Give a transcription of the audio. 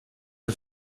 dem